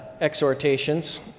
exhortations